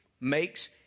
makes